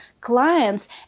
clients